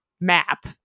map